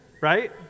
Right